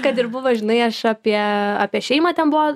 kad ir buvo žinai aš apie apie šeimą ten buvo